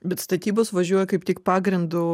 bet statybos važiuoja kaip tik pagrindu